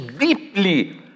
deeply